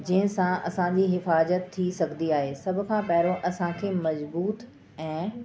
जंहिं सां असांजी हिफ़ाज़त थी सघंदी आहे सभ खां पहिरियों असां खे मज़बूत ऐं